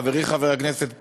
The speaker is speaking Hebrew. חברי חבר הכנסת פרי,